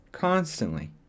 constantly